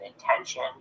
intention